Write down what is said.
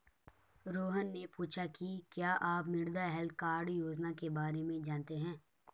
रोहन ने पूछा कि क्या आप मृदा हैल्थ कार्ड योजना के बारे में जानते हैं?